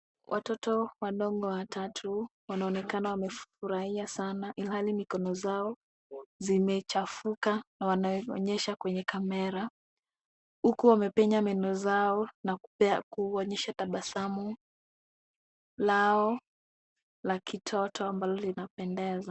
Watoto wadogo watatu wanaonekana wamefurahia sana ilhali mikono zao zimechafuka na wanaonyesha kwenye kamera huku wamepenya meno zao na kuonyesha tabasamu lao la kitoto ambalo linapendeza.